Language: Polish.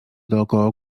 dookoła